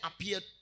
appeared